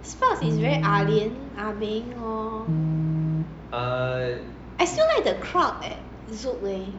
sparks is very ah lian ah beng lor I still like the crowd at zouk eh